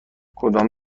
کدام